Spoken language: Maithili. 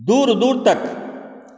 दूर दूर तक